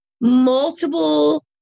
multiple